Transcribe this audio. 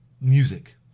music